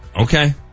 okay